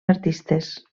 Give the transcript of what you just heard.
artistes